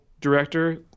director